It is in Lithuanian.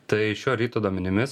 tai šio ryto duomenimis